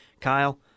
Kyle